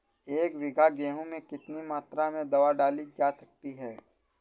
एक बीघा गेहूँ में कितनी मात्रा में दवा डाली जा सकती है?